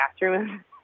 bathroom